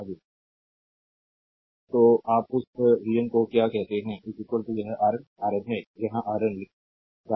उस तो आप का उस vn को क्या कहते हैं यह Rn Rn है I यहाँ Rn लिख रहा है